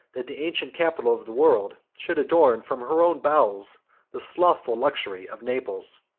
that the ancient capital of the world should adorn from her own bowels the slothful luxury of naples.